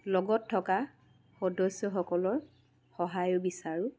লগত থকা সদস্যসকলৰ সহায়ো বিচাৰোঁ